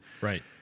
Right